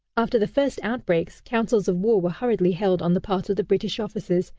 after the first outbreaks, councils of war were hurriedly held on the part of the british officers,